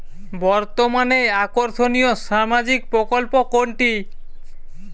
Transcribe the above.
বর্তমানে আকর্ষনিয় সামাজিক প্রকল্প কোনটি?